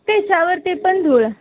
तेच्यावर ते पण धूळ